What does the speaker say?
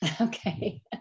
Okay